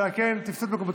ועל כן תפסו את מקומותיכם.